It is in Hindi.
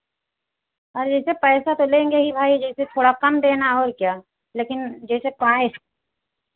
अरे सर पैसा तो लेंगे ही भाई जैसे थोड़ा कम देना और क्या लेकिन जैसे पाइप